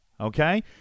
Okay